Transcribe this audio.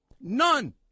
None